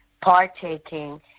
partaking